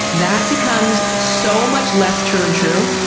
that becomes so much less true and true.